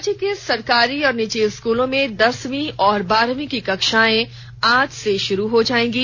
राज्य के सरकारी और निजी स्कूलों में दसवीं और बारहवीं की कक्षाएं आज से शुरू हो जाएंगी